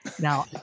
Now